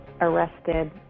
arrested